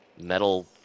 metal